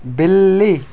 بلّی